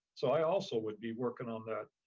so i also would be working on that,